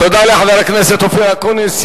תודה לחבר הכנסת אופיר אקוניס.